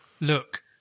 look